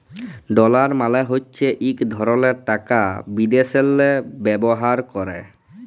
dollar মালে হছে ইক ধরলের টাকা বিদ্যাশেল্লে ব্যাভার ক্যরে